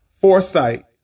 foresight